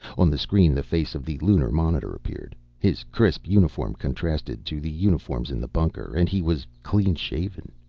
on the screen the face of the lunar monitor appeared. his crisp uniform contrasted to the uniforms in the bunker. and he was clean shaven.